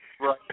right